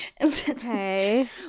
Okay